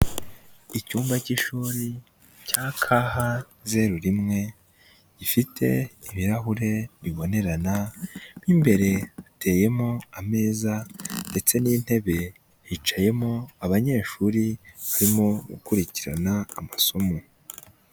Icyumba k'ishuri cya ka ha zeru rimwe gifite ibirahure bibonerana. Mo imbere hateyemo ameza ndetse n'intebe, hicayemo abanyeshuri barimo gukurikirana amasomo.